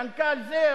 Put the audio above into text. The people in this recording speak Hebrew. מנכ"ל זה,